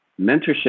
mentorship